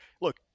look